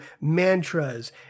mantras